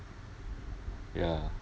ya